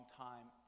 time